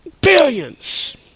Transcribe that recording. billions